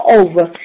over